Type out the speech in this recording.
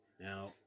Now